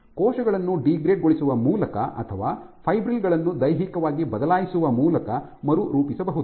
ಕೋಶಗಳನ್ನು ಡೀಗ್ರೇಡ್ ಗೊಳಿಸುವ ಮೂಲಕ ಅಥವಾ ಫೈಬ್ರಿಲ್ ಗಳನ್ನು ದೈಹಿಕವಾಗಿ ಬದಲಾಯಿಸುವ ಮೂಲಕ ಮರುರೂಪಿಸಬಹುದು